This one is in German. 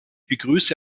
begrüße